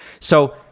so,